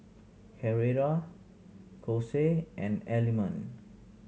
Carrera Kose and Element